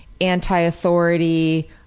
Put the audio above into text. anti-authority